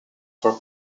for